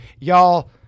y'all